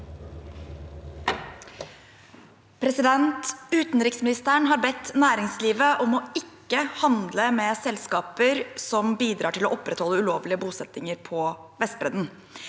«Uten- riksministeren har bedt næringslivet om ikke å handle med selskaper som bidrar til å opprettholde ulovlige bosettinger på Vestbredden.